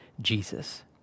Jesus